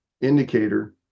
indicator